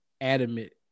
adamant